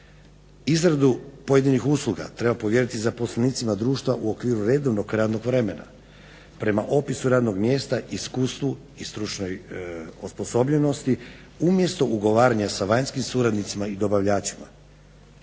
Izradu pojedinih usluga treba povjeriti zaposlenicima društva u okviru redovnog radnog vremena, prama opisu radnog mjesta, iskustvu i stručnoj osposobljenosti umjesto ugovaranja sa vanjskim suradnicima i dobavljačima,